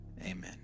Amen